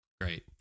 Great